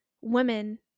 women